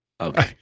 Okay